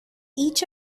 each